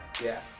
yeah.